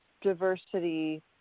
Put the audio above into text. diversity